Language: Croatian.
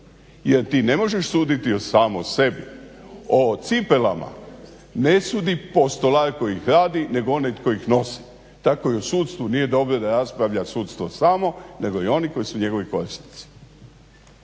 jer ti ne možeš suditi o samom sebi. O cipelama ne sudi postolar koji ih radi nego onaj tko ih nosi. Tako i o sudstvu nije dobro da raspravlja sudstvo samo nego i oni koji su njegovi korisnici.